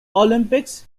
olympics